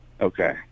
Okay